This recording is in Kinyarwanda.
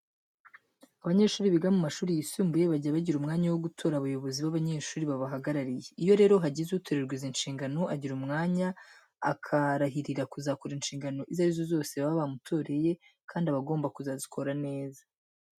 Abanyeshuri biga mu mashuri yisumbuye bajya bagira umwanya wo gutora abayobozi b'abanyeshuri babahagarariye. Iyo rero hagize utorerwa izi nshingano agira umwanya akarahirira kuzakora inshingano izo ari zo zose baba bamutoreye kandi aba agomba kuzazikora neza.